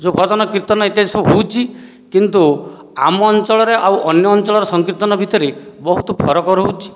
ଯେଉଁ ଭଜନ କୀର୍ତ୍ତନ ଏତେ ସବୁ ହେଉଛି କିନ୍ତୁ ଆମ ଅଞ୍ଚଳରେ ଆଉ ଅନ୍ୟ ଅଞ୍ଚଳର ସଂକୀର୍ତ୍ତନ ଭିତରେ ବହୁତ ଫରକ ରହୁଛି